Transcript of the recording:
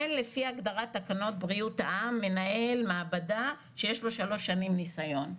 אין לפי הגדרת תקנות בריאות האם מנהל מעבדה שיש לו שלוש שנים ניסיון.